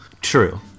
true